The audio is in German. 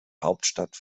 hauptstadt